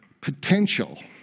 potential